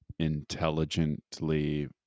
intelligently